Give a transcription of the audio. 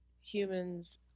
humans